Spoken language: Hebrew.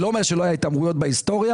לא אומר שלא היו התעמרויות בהיסטוריה.